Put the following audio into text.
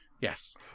Yes